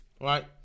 right